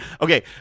okay